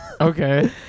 Okay